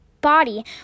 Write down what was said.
body